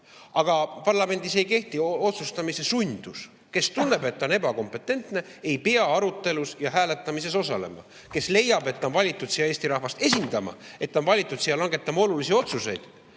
Aga parlamendis ei kehti otsustamise sundus. Kes tunneb, et ta on ebakompetentne, ei pea arutelus ja hääletamises osalema. Kes leiab, et ta on valitud siia Eesti rahvast esindama, et ta on valitud siia langetama olulisi otsuseid,